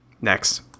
Next